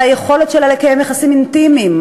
על היכולת שלה לקיים יחסים אינטימיים,